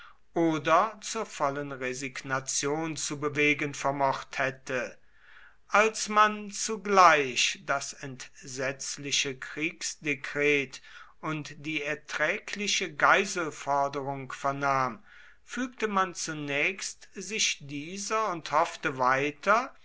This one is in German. oder zur vollen resignation zu bewegen vermocht hätte als man zugleich das entsetzliche kriegsdekret und die erträgliche geiselforderung vernahm fügte man zunächst sich dieser und hoffte weiter